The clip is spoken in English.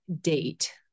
date